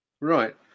right